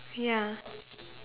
ya